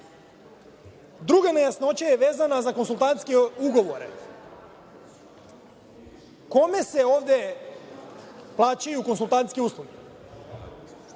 stope. Druga nejasnoća je vezana za konsultantske ugovore. Kome se ovde plaćaju konsultantske usluge?